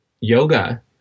Yoga